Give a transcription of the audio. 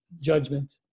judgment